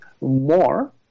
more